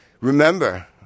remember